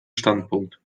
standpunkt